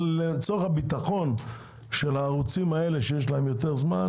אבל לצורך הביטחון של הערוצים האלה שיש להם יותר זמן,